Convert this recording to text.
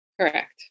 Correct